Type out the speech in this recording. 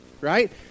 right